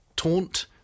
taunt